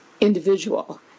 individual